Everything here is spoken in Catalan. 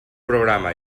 programa